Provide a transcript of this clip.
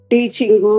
Teaching